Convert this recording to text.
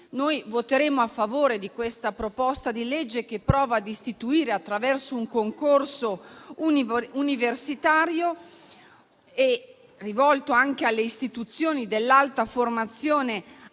noi voteremo a favore di questa proposta di legge, che, attraverso un concorso universitario, rivolto anche alle istituzioni dell'alta formazione